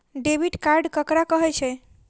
Debit card ककरा कहै छै?